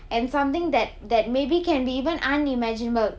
and something that that may be can be even unimaginable